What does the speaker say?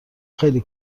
خیلی